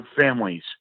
families